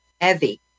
heavy